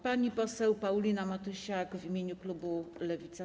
Pani poseł Paulina Matysiak w imieniu klubu Lewica.